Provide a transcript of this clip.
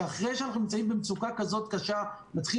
שאחרי שאנחנו נמצאים במצוקה כזאת קשה נתחיל